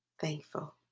thankful